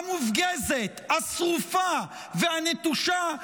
המופגזת, השרופה והנטושה,